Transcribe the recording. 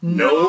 no